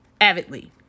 avidly